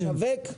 כן.